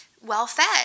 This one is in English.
well-fed